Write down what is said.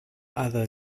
other